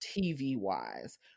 TV-wise